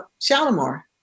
Shalimar